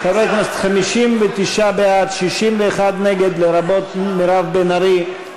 חברי הכנסת, 59 בעד, 61 נגד, לרבות מירב בן ארי.